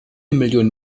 million